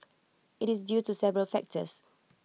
IT is due to several factors